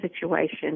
situation